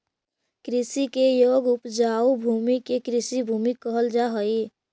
कृषि के योग्य उपजाऊ भूमि के कृषिभूमि कहल जा हई